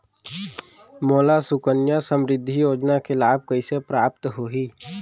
मोला सुकन्या समृद्धि योजना के लाभ कइसे प्राप्त होही?